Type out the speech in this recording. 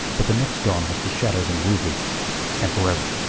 but the next dawn was to shatter them rudely and for ever.